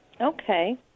Okay